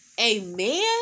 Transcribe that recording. amen